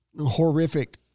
horrific